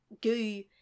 goo